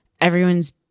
everyone's